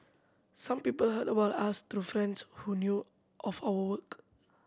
some people heard about us through friends who knew of our work